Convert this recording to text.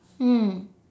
mm